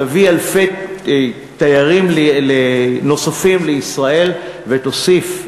תביא אלפי תיירים נוספים לישראל ותוסיף,